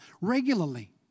regularly